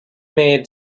made